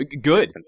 Good